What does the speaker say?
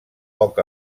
poc